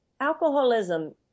Alcoholism